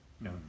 No